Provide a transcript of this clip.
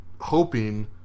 Hoping